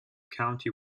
county